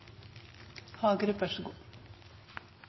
loven, vær så